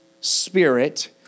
Spirit